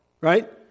right